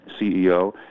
CEO